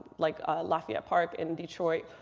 like lafayette park in detroit,